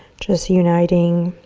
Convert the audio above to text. just uniting